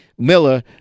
Miller